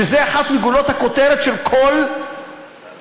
ותקציב הוא אחת מגולות הכותרת של כל ממשלה,